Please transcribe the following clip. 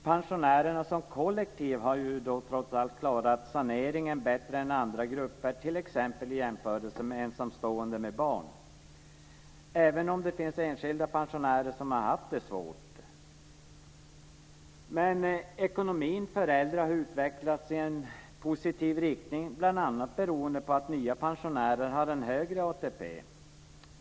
Pensionärerna som kollektiv har trots allt klarat saneringen bättre än andra grupper, t.ex. i jämförelse med ensamstående med barn, även om det finns enskilda pensionärer som har haft det svårt. Ekonomin för äldre har utvecklats i en positiv riktning, bl.a. beroende på att nya pensionärer har en högre ATP.